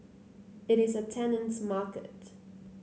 it is a tenant's market